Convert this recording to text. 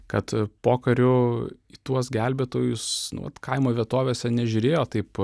kad pokariu į tuos gelbėtojus nu vat kaimo vietovėse nežiūrėjo taip